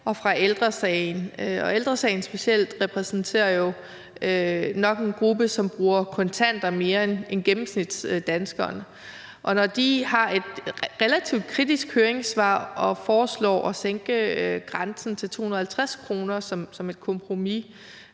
og Ældre Sagen, og specielt Ældre Sagen repræsenterer nok en gruppe, som bruger kontanter mere end gennemsnitsdanskeren. Når de har et relativt kritisk høringssvar og foreslår at sænke grænsen til 250 kr. som et kompromis,